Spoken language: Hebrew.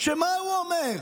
שמה הוא אומר?